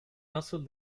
nasıl